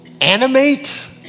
animate